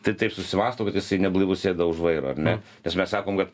tai taip susimąsto kad jisai neblaivus sėda už vairo ar ne nes mes sakom kad